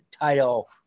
title